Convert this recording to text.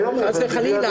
חס וחלילה.